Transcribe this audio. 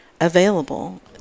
available